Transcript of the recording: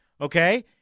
Okay